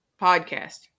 podcast